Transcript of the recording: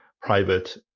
private